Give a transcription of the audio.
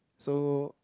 so